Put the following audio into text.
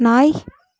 நாய்